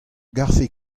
garfe